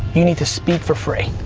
you need to speak for free.